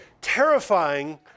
terrifying